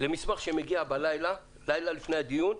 למסמך שמגיע בלילה, לילה לפני הדיון,